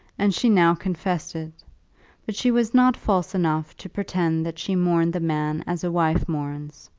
and she now confessed it but she was not false enough to pretend that she mourned the man as a wife mourns.